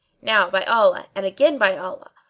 now by allah! and again by allah!